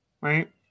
Right